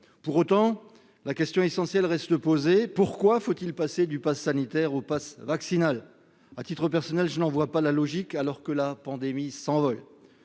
Pour autant, la question essentielle reste posée : pourquoi faut-il passer du passe sanitaire au passe vaccinal ? À titre personnel, je n'en vois pas la logique, au moment où la pandémie s'envole.